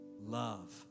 love